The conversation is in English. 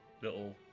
little